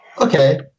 Okay